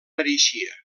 mereixia